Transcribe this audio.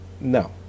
No